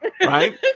Right